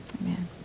amen